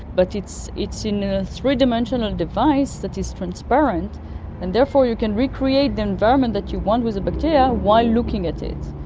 but it's it's in a three-dimensional device that is transparent and therefore you can recreate the environment that you want with the bacteria while looking at it.